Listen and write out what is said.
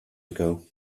ago